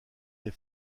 des